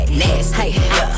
nasty